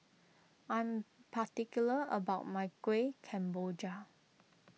I am particular about my Kuih Kemboja